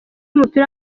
w’umupira